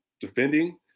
defending